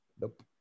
Nope